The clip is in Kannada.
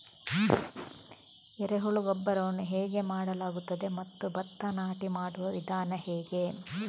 ಎರೆಹುಳು ಗೊಬ್ಬರವನ್ನು ಹೇಗೆ ಮಾಡಲಾಗುತ್ತದೆ ಮತ್ತು ಭತ್ತ ನಾಟಿ ಮಾಡುವ ವಿಧಾನ ಹೇಗೆ?